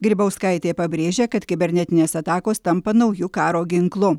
grybauskaitė pabrėžia kad kibernetinės atakos tampa nauju karo ginklu